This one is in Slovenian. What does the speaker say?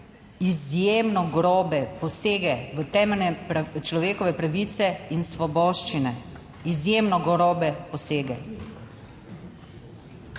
izjemno grobe posege v temeljne človekove pravice in svoboščine. Izjemno grobe posege.